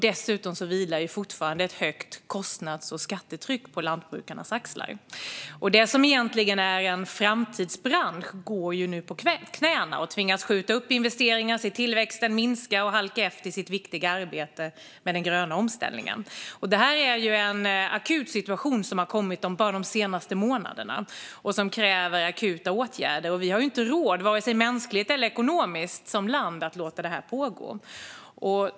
Dessutom vilar det fortfarande ett högt kostnads och skattetryck på lantbrukarnas axlar. Det som egentligen är en framtidsbransch går nu på knäna och tvingas skjuta upp investeringar, se tillväxten minska och halka efter i sitt viktiga arbete med den gröna omställningen. Det är en akut situation som har kommit under de senaste månaderna och som kräver akuta åtgärder. Vi som land har inte råd vare sig mänskligt eller ekonomiskt att låta detta pågå.